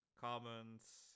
comments